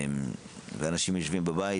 אנשים יושבים בבית,